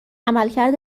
عملکرد